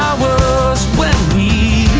was when we